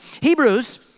Hebrews